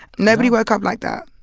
nobody woke up like that